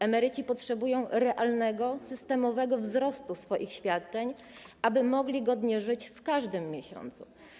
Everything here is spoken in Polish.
Emeryci potrzebują realnego, systemowego wzrostu swoich świadczeń, aby mogli godnie żyć w każdym miesiącu.